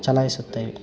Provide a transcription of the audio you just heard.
ಚಲಾಯ್ಸುತ್ತೇವೆ